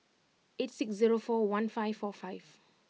eight six zero four one five four five